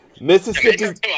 Mississippi